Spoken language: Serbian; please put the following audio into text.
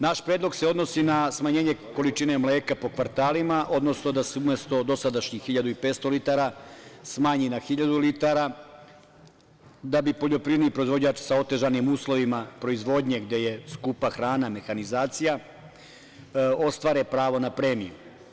Naš predlog se odnosi na smanjenje količine mleka po kvartalima, odnosno umesto dosadašnjih 1.500 litara smanji na 1.000 litara da bi poljoprivredni proizvođači sa otežanim uslovima proizvodnje, gde je skupa hrana, mehanizacija, ostvarili pravo na premiju.